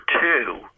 two